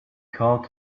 called